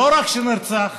לא רק שהוא נרצח,